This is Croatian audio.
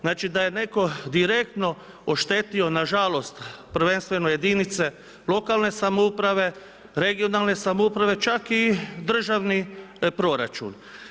Znači da je netko direktno oštetio nažalost prvenstveno jedinice lokalne samouprave, regionalne samouprave, čak i državni proračun.